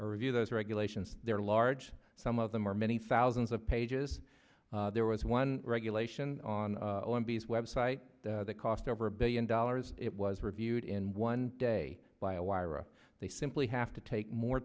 review those regulations they're large some of them are many thousands of pages there was one regulation on these website that cost over a billion dollars it was reviewed in one day by a wire or they simply have to take more